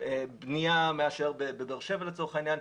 בנייה מאשר בבאר שבע לצורך העניין.